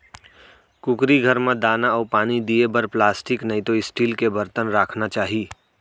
कुकरी घर म दाना अउ पानी दिये बर प्लास्टिक नइतो स्टील के बरतन राखना चाही